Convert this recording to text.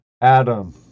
Adam